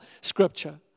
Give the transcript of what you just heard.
scripture